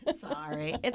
Sorry